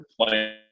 playing